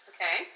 Okay